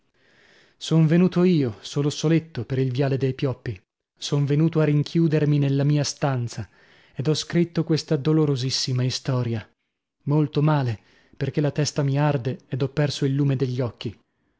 son venuto io solo soletto per il viale dei pioppi son venuto a rinchiudermi nella mia stanza ed ho scritto questa dolorosissima istoria molto male perchè la testa mi arde ed ho perso il lume degli occhi